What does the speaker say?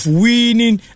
winning